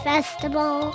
Festival